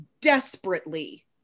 desperately